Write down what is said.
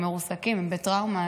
הם בטראומה,